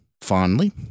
fondly